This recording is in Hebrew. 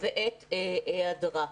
בעת היעדרה?